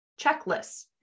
Checklists